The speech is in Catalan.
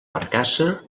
barcassa